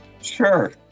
Sure